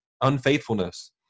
unfaithfulness